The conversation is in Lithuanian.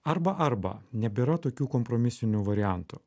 arba arba nebėra tokių kompromisinių variantų